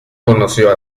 conoció